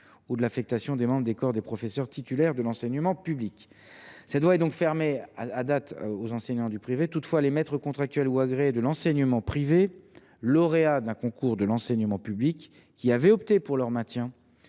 ou de l’affectation des membres des corps des professeurs titulaires de l’enseignement public. À ce jour, cette voie est donc fermée aux enseignants du privé. Toutefois, les maîtres contractuels ou agréés de l’enseignement privé, lauréats d’un concours de l’enseignement public, qui avaient opté pour leur maintien